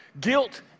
guilt